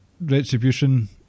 Retribution